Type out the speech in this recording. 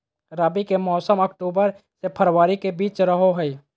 रबी के मौसम अक्टूबर से फरवरी के बीच रहो हइ